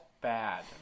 bad